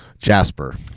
Jasper